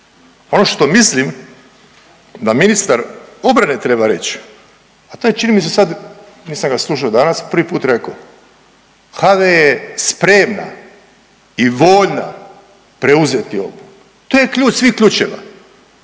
Ono što mislim da ministar obrane treba reći, a to je čini mi se sad nisam ga slušao danas prvi put rekao. HV je spremna i voljna preuzeti obuku. To je ključ svih ključeva.